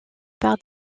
par